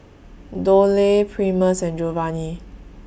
Doyle Primus and Jovanny